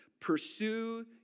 Pursue